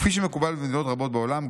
כפי שמקובל במדינות רבות בעולם,